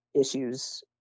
issues